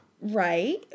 Right